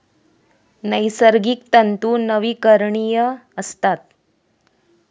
नैसर्गिक तंतू नवीकरणीय असतात